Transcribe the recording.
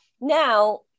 Now